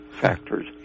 factors